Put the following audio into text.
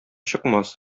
чыкмас